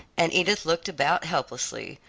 and edith looked about helplessly,